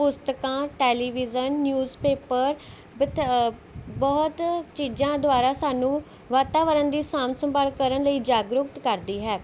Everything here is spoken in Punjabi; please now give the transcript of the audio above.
ਪੁਸਤਕਾਂ ਟੈਲੀਵਿਜ਼ਨ ਨਿਊਜ਼ ਪੇਪਰ ਬਤ ਬਹੁਤ ਚੀਜ਼ਾਂ ਦੁਆਰਾ ਸਾਨੂੰ ਵਾਤਾਵਰਨ ਦੀ ਸਾਂਭ ਸੰਭਾਲ ਕਰਨ ਲਈ ਜਾਗਰੂਕ ਕਰਦੀ ਹੈ